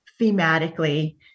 thematically